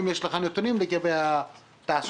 האם יש לך נתונים לגבי התעסוקה.